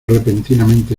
repentinamente